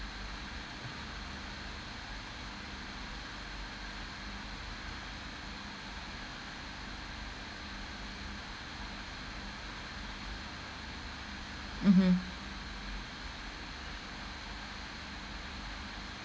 mmhmm